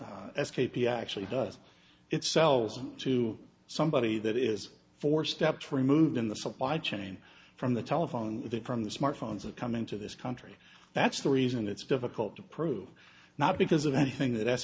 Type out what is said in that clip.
p actually does it sells to somebody that is four steps removed in the supply chain from the telephone from the smartphones that come into this country that's the reason it's difficult to prove not because of anything that as